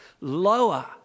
lower